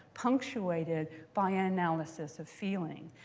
punctuated by analysis of feeling.